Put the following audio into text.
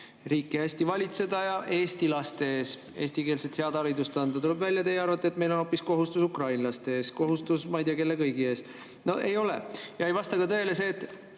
riiki hästi valitseda, ja eesti laste ees, head eestikeelset haridust anda. Tuleb välja, et teie arvate, et meil on hoopis kohustus ukrainlaste ees, kohustus ma ei tea kelle kõigi ees. No ei ole! Ei vasta ka tõele see, et